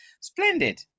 Splendid